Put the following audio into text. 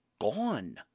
gone